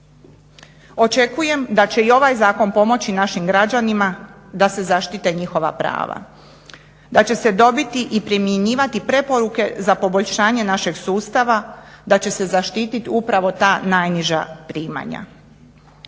Očekujem da će i ovaj zakon pomoći našim građanima da se zaštite njihova prava. Da će se dobiti i primjenjivati preporuke za poboljšanje našeg sustava, da će se zaštititi upravo ta najniža primanja.